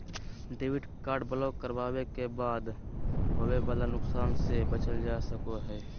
debit card block करावे के बाद होवे वाला नुकसान से बचल जा सको हय